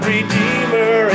Redeemer